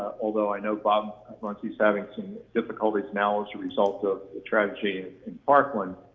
although i know bob muncie's having some difficulties now as a result of a tragedy in parkland,